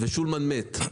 ושולמן מת.